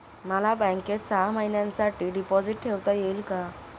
मला बँकेत सहा महिन्यांसाठी डिपॉझिट ठेवता येईल का?